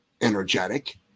energetic